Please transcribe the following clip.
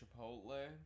Chipotle